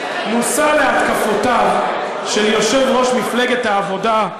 מושא להתקפותיו של יושב-ראש מפלגת העבודה,